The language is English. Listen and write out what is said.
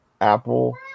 Apple